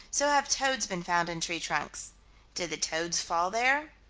so have toads been found in tree trunks did the toads fall there?